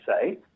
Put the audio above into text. say